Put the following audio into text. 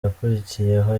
yakurikiyeho